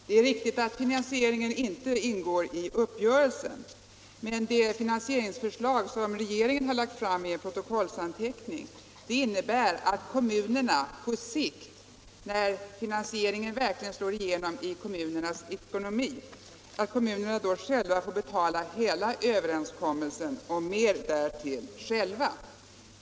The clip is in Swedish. Herr talman! Det är riktigt att finansieringen inte ingår i uppgörelsen, men det finansieringsförslag som regeringen lagt fram är en protokollsanteckning. Det innebär att kommunerna på sikt, när finansieringen verkligen slår igenom i kommunernas ekonomi, själva får betala hela överenskommelsen och mer därtill.